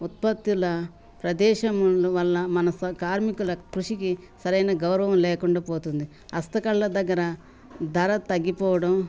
ఉత్పత్తుల ప్రదేశముల వల్ల మనసు కార్మికుల కృషికి సరైన గౌరవం లేకుండా పోతుంది హస్తకళ దగ్గర ధర తగ్గిపోవడం